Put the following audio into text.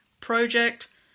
project